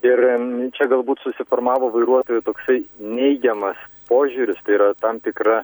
ir čia galbūt susiformavo vairuotojų toksai neigiamas požiūris yra tam tikra